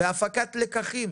אנחנו מבקשים להפיק לקחים